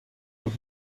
und